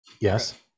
yes